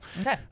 Okay